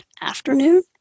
Afternoon